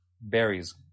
berries